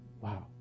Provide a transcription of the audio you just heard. Wow